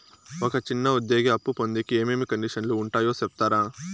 ఒక చిన్న ఉద్యోగి అప్పు పొందేకి ఏమేమి కండిషన్లు ఉంటాయో సెప్తారా?